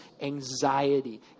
Anxiety